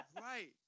right